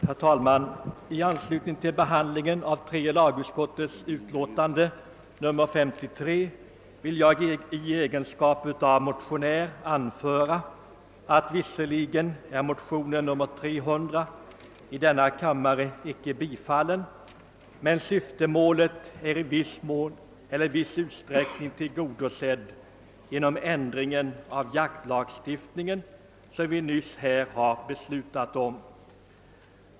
Herr talman! I anslutning till behandlingen av tredje lagutskottets utlåtande nr 53 vill jag i egenskap av motionär anföra att trots att motionen inte har tillstyrkts så har motionens syfte i viss utsträckning tillgodosetts genom den ändring i jaktlagstiftningen som vi nyss beslutat om.